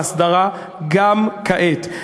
ההסדרה גם כעת.